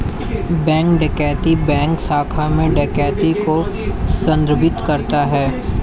bank डकैती bank शाखा में डकैती को संदर्भित करता है